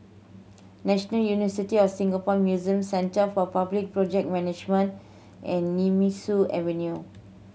National University of Singapore Museums Centre for Public Project Management and Nemesu Avenue